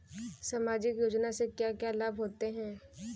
सामाजिक योजना से क्या क्या लाभ होते हैं?